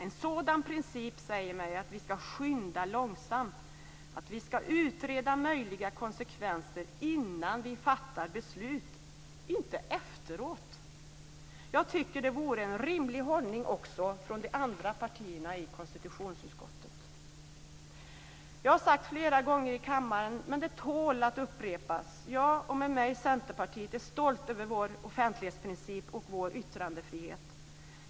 En sådan princip säger mig att vi ska skynda långsamt, att vi ska utreda möjliga konsekvenser innan vi fattar beslut, inte efteråt. Det vore en rimlig hållning också från de andra partierna i konstitutionsutskottet. Jag har sagt flera gånger i kammaren, men det tål att upprepas: Jag och Centerpartiet är stolta över vår offentlighetsprincip och vår ytttrandefrihet.